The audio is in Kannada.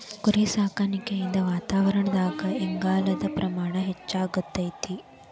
ಕುರಿಸಾಕಾಣಿಕೆಯಿಂದ ವಾತಾವರಣದಾಗ ಇಂಗಾಲದ ಪ್ರಮಾಣ ಹೆಚ್ಚಆಗ್ತೇತಿ